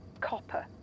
copper